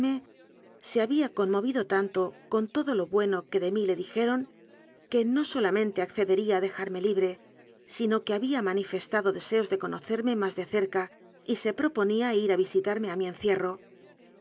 se había conmovido tanto con todo le bueno que de mí le dijeron que no solamente accedería a dejarme libre sino que había mani festado deseos de conocerme más de cerca y se proponía ir a visitarme a mi encierro